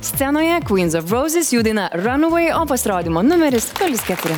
scenoje kvyns of rauzes jų daina ranavei o pasirodymo numeris nulis keturi